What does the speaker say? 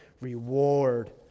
reward